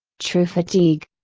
true fatigue.